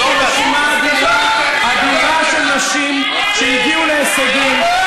יש פה רשימה אדירה של נשים שהגיעו להישגים,